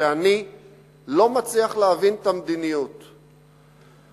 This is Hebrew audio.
שאני לא מצליח להבין את המדיניות בו.